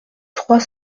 trois